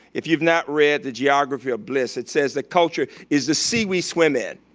if you've not read the geography of bliss it says, the culture is the sea we swim in,